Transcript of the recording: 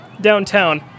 downtown